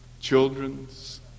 children's